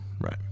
Right